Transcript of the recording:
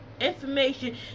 information